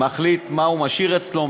מחליט מה הוא משאיר אצלו,